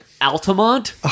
Altamont